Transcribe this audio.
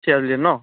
চিৰাজুলিত ন